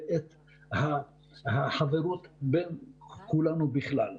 ואת החברות בין כולנו, ובכלל.